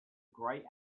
grey